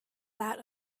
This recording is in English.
that